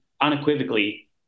unequivocally